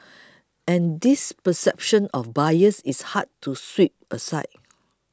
and this perception of bias is hard to sweep aside